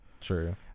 True